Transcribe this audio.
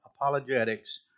apologetics